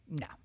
No